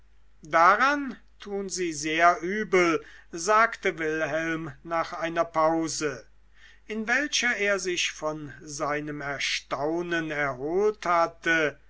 daran tun sie sehr übel sagte wilhelm nach einer pause in welcher er sich von seinem erstaunen erholt hatte